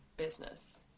business